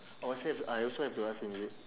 oh so I also have to ask him is it